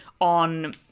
on